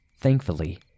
Thankfully